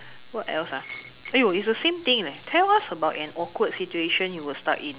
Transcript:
what else ah !aiyo! it's the same thing leh tell us about an awkward situation you were stuck in